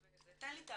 תן לי תאריך,